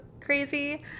crazy